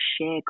share